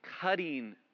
cutting